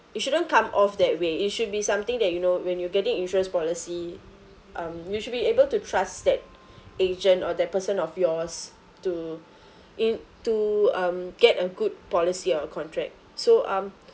it shouldn't come off that way it should be something that you know when you're getting insurance policy um you should able to trust that agent or that person or yours to n~ to um get a good policy or a contract so um